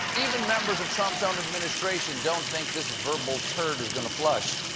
even members of trump's um administration don't think this verbal turd is going to flush.